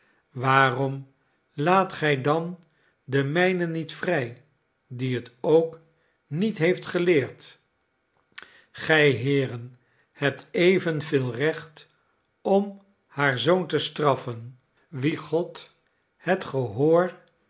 waarom laat gij dan den mijne niet vrij die het ook niet heeft geleerd gij heeren hebt evenveel recht om haar zoon te straff en wien god het gehoor